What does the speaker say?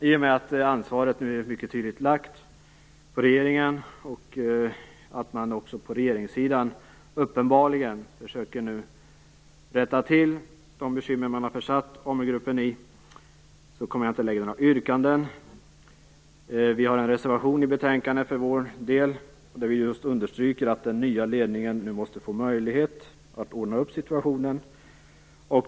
I och med att ansvaret nu mycket tydligt är lagt på regeringen och att man nu uppenbarligen från regeringens sida försöker att rätta till de bekymmer som man försatt AmuGruppen i kommer jag inte att framställa några yrkanden. Vi har för vår del en reservation i betänkandet där vi understryker att den nya ledningen måste få möjlighet att ordna upp situationen.